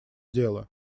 дело